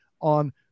on